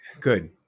Good